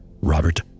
Robert